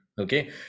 Okay